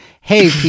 Hey